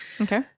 Okay